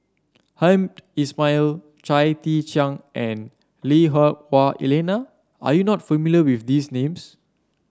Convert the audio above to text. Hamed Ismail Chia Tee Chiak and Lui Hah Wah Elena are you not familiar with these names